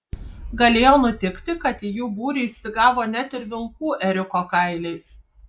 galėjo nutikti kad į jų būrį įsigavo net ir vilkų ėriuko kailiais